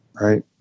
Right